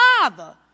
Father